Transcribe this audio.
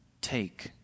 take